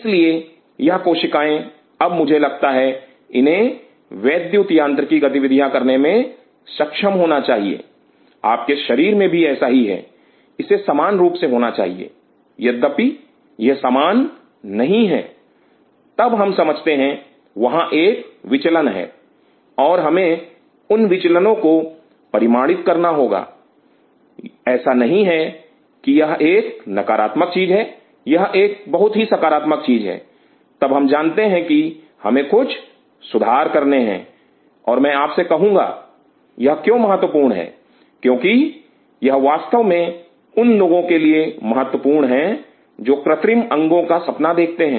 इसलिए यह कोशिकाएं अब मुझे लगता है इन्हें वैद्युत यांत्रिकी गतिविधियां करने में सक्षम होना चाहिए आपके शरीर में भी ऐसा ही है इसे समान रूप से होना चाहिए यद्यपि यह सामान नहीं है तब हम समझते हैं वहां एक विचलन है और हमें उन विचलनओं को परिमाणित करना होगा ऐसा नहीं है कि यह एक नकारात्मक चीज है यह एक बहुत ही सकारात्मक चीज है तब हम जानते हैं की हमें कुछ सुधार Refer Time 0743 करने हैं और मैं आपसे कहूंगा यह क्यों महत्वपूर्ण है क्योंकि यह वास्तव में उन लोगों लिए महत्वपूर्ण हैं जो कृत्रिम अंगों का सपना देखते हैं